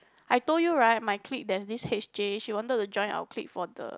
I told you right my clique there's this H_J she wanted to join our clique for the